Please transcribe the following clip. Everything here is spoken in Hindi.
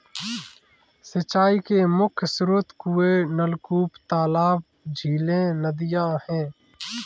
सिंचाई के मुख्य स्रोत कुएँ, नलकूप, तालाब, झीलें, नदियाँ हैं